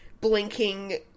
blinking